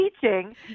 teaching